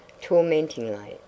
tormentingly